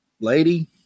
lady